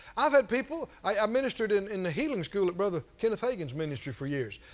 i've had people i um ministered in in the healing school at brother kenneth hagin's ministry for years,